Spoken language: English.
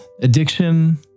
addiction